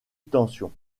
tension